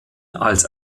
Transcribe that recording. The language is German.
als